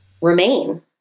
remain